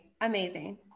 Amazing